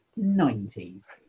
90s